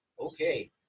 Okay